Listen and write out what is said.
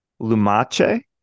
lumache